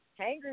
Hangry